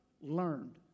learned